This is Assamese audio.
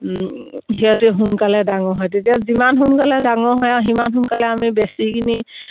সিহঁতে সোনকালে ডাঙৰ হয় তেতিয়া যিমান সোনকালে ডাঙৰ হয় আৰু সিমান সোনকালে আমি বেচি কিনি